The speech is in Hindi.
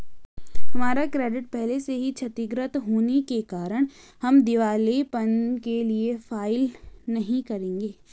हमारा क्रेडिट पहले से ही क्षतिगृत होने के कारण हम दिवालियेपन के लिए फाइल नहीं करेंगे